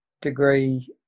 degree